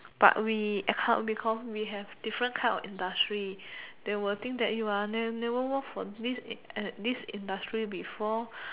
but we account because we have different kind of industry they will think that you are never work for this this industry before